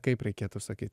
kaip reikėtų sakyt